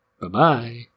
Bye-bye